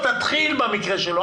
תתחיל במקרה שלו.